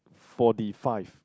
forty five